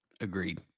Agreed